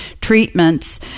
treatments